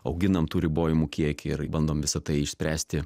auginam tų ribojimų kiekį ir bandom visa tai išspręsti